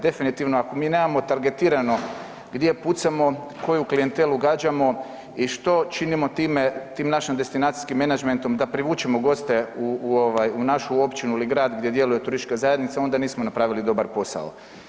Definitivno, ako mi nemamo targetirano gdje pucamo, koju klijentelu gađamo i što činimo time, tim našim destinacijskim menadžmentom da privučemo goste u, u ovaj, u našu općinu ili grad gdje djeluje turistička zajednica onda nismo napravili dobar posao.